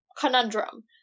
conundrum